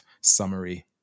summary